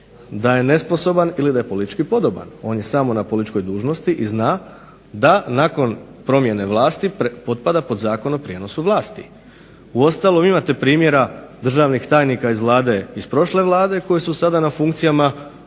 da je nesposoban ili da je politički podoban. On je samo na političkoj dužnosti i zna da nakon promjene vlasti potpada pod zakon o prijenosu vlasti. Uostalom imate primjera državnih tajnika iz prošle Vlade koji su sada na funkcijama u ovoj Vladi.